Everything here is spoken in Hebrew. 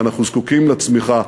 ואנחנו זקוקים לצמיחה,